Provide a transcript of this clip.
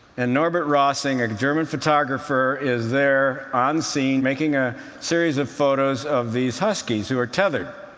and norbert rosing, a german photographer, is there on scene, making a series of photos of these huskies, who are tethered.